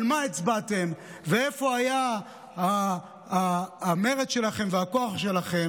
על מה הצבעתם ואיפה היה המרד שלכם והכוח שלהם